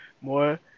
more